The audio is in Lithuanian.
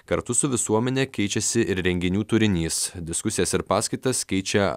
kartu su visuomene keičiasi ir renginių turinys diskusijas ir paskaitas keičia